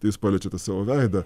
tai jūs paliečiate savo veidą